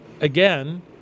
again